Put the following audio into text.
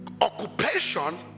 occupation